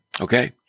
Okay